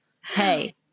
hey